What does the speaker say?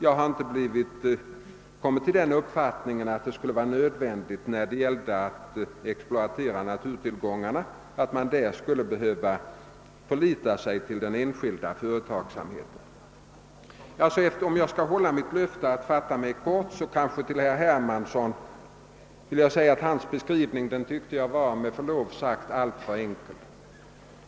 Jag har inte kommit till den uppfattningen att man när det gäller att exploatera naturtillgångarna skulle behöva förlita sig på den enskilda företagsamheten. Om jag skall hålla mitt löfte att fatta mig kort vill jag till herr Hermansson endast säga att hans beskrivning med förlov sagt var alltför enkel.